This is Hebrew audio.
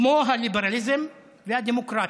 כמו הליברליזם והדמוקרטיה.